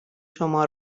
شما